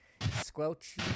Squelch